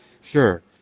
Sure